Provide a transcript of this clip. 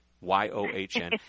Y-O-H-N